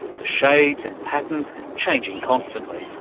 the shades and patterns changing constantly.